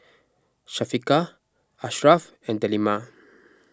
Syafiqah Ashraff and Delima